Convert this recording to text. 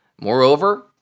Moreover